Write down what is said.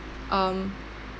um